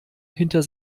hinter